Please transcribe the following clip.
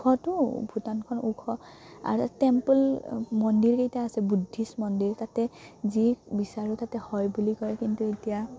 ওখ টো ভূটানখন ওখ আৰু টেম্পল মন্দিৰকেইটা আছে বুদ্ধিষ্ট মন্দিৰ তাতে যি বিচাৰো তাতে হয় বুলি কয় কিন্তু এতিয়া